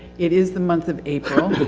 it is the month of april.